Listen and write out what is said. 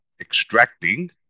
extracting